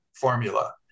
formula